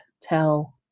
tell